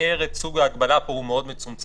לתאר את סוג ההגבלה פה היא מאוד מצומצמת,